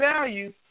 value